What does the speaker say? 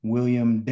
William